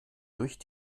durch